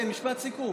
כן, משפט סיכום.